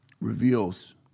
reveals